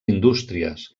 indústries